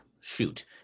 shoot